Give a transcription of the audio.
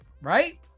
right